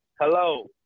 Hello